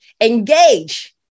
Engage